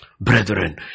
Brethren